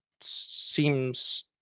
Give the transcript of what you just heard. seems